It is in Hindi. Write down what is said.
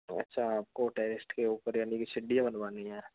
अच्छा आपको टेरेस के ऊपर यानि कि सीढियाँ बनवानी है